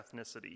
ethnicity